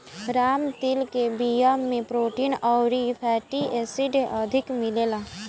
राम तिल के बिया में प्रोटीन अउरी फैटी एसिड अधिका मिलेला